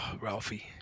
Ralphie